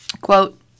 Quote